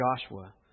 Joshua